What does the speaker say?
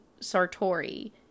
Sartori